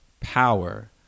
power